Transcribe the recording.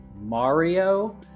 Mario